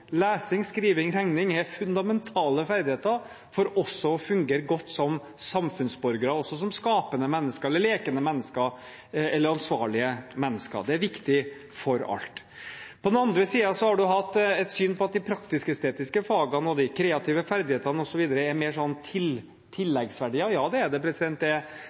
Lesing, skriving og regning er fundamentale ferdigheter for også å fungere godt som samfunnsborgere, som skapende mennesker, som lekende mennesker eller som ansvarlige mennesker. Det er viktig for alt. På den andre siden har man hatt et syn om at de praktisk-estetiske fagene og de kreative ferdighetene osv. er mer som tilleggsverdier å regne. Ja, det er